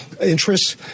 interests